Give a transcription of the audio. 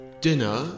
dinner